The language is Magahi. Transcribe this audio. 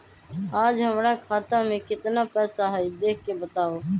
आज हमरा खाता में केतना पैसा हई देख के बताउ?